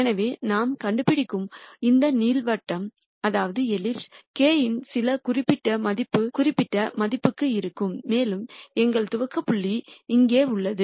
எனவே நாம் கண்டுபிடிக்கும் இந்த நீள்வட்டம் k இன் சில குறிப்பிட்ட மதிப்புக்கு இருக்கும் மேலும் எங்கள் துவக்க புள்ளி இங்கே உள்ளது